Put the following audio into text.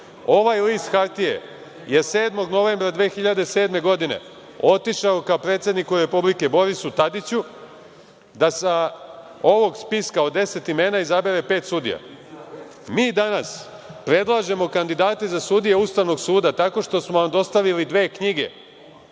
Ovaj list hartije je 7. novembra 2007. godine otišao ka predsedniku Republike Borisu Tadiću da sa ovog spiska od 10 imena izabere pet sudija. Mi danas predlažemo kandidate za sudije Ustavnog suda tako što smo vam dostavili dve knjige